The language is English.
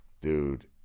Dude